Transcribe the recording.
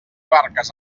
barques